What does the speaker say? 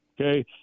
okay